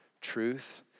truth